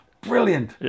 Brilliant